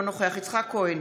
אינו נוכח יצחק כהן,